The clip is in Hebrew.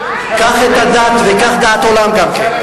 קח את הדת, אבל קח דעת עולם גם כן.